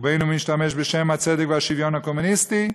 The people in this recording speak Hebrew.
ובין אם הוא משתמש בשם הצדק והשוויון הקומוניסטי,